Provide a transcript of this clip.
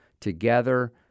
Together